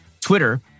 Twitter